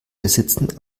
besitzen